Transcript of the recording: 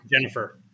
jennifer